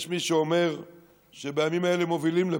יש מי שאומר שבימים האלה מובילים לבחירות.